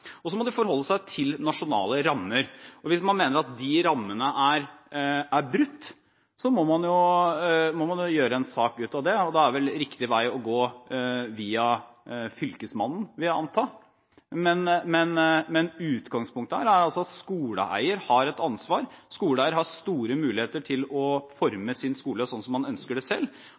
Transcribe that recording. Og så må de forholde seg til nasjonale rammer. Hvis man mener at de rammene er brutt, må man lage en sak ut av det, og da er riktig vei å gå via Fylkesmannen, vil jeg anta, men utgangspunktet her er at skoleeier har et ansvar. Skoleeier har store muligheter til å forme sin skole slik man ønsker selv.